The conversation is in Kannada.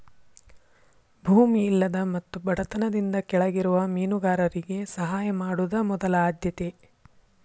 ಭೂಮಿ ಇಲ್ಲದ ಮತ್ತು ಬಡತನದಿಂದ ಕೆಳಗಿರುವ ಮೇನುಗಾರರಿಗೆ ಸಹಾಯ ಮಾಡುದ ಮೊದಲ ಆದ್ಯತೆ